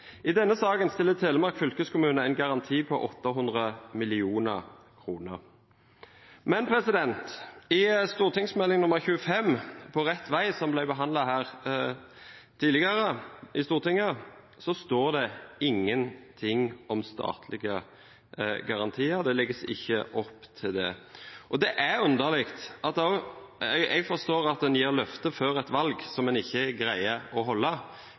I denne saken stiller Telemark fylkeskommune en garanti på 800 mill. kr. Men i Meld. St. 25 for 2014–2015, På rett vei, som ble behandlet her i Stortinget tidligere, står det ingenting om statlige garantier, og det legges ikke opp til det. Det er underlig. Jeg forstår at en før et valg gir løfter som en ikke greier å holde,